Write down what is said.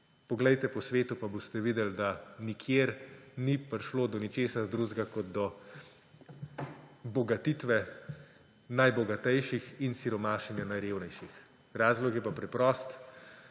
poglejte po svetu pa boste videli, da nikjer ni prišlo do ničesar drugega kot do bogatitve najbogatejših in siromašenja najrevnejših. Razlog je pa preprost.